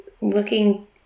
looking